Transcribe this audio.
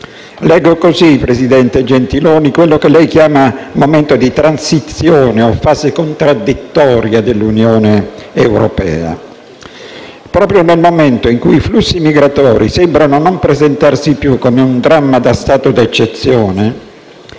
Leggo così, signor presidente Gentiloni Silveri, quello che lei chiama "momento di transizione", o "fase contraddittoria" dell'Unione europea. Proprio nel momento in cui i flussi migratori sembrano non presentarsi più come un dramma da stato d'eccezione,